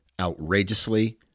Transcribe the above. outrageously